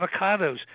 avocados